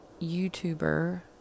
YouTuber